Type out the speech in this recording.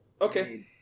okay